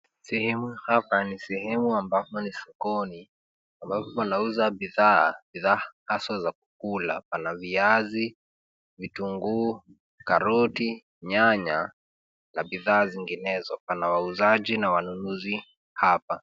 Sehemu hapa ni sehemu ambapo ni sokoni ambapo wanauza bidhaa haswa ya kukula, pana viazi, vitunguu, karoti, nyanya na bidhaa zinginezo. Pana wauzaji na wanunuzi hapa.